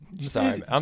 sorry